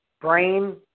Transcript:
brain